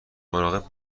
مراقب